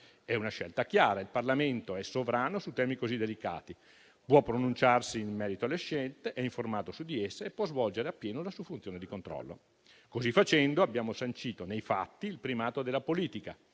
È una scelta chiara: il Parlamento è sovrano su temi così delicati, può pronunciarsi in merito alle scelte, è informato su di esse e può svolgere appieno la sua funzione di controllo. Così facendo, abbiamo sancito nei fatti il primato dell'indirizzo